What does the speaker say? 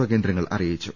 O കേന്ദ്രങ്ങൾ അറിയിച്ചു